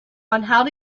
how